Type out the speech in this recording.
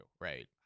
right